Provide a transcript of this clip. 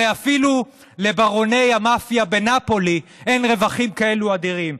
הרי אפילו לברוני המאפיה בנאפולי אין רווחים כאלה אדירים,